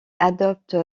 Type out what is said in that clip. adopte